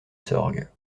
sorgue